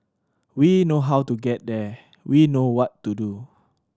we know how to get there we know what to do